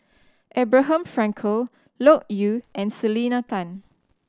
Abraham Frankel Loke Yew and Selena Tan